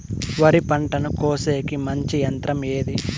వరి పంటను కోసేకి మంచి యంత్రం ఏది?